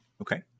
Okay